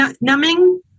numbing